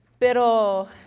Pero